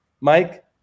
Mike